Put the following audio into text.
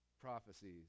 prophecies